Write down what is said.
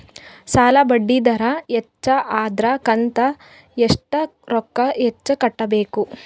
ಸಾಲಾ ಬಡ್ಡಿ ದರ ಹೆಚ್ಚ ಆದ್ರ ಕಂತ ಎಷ್ಟ ರೊಕ್ಕ ಹೆಚ್ಚ ಕಟ್ಟಬೇಕು?